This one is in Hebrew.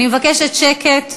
אני מבקשת שקט.